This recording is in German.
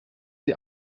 sie